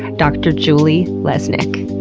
dr. julie lesnik.